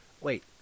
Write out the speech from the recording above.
Wait